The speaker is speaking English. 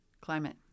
Climate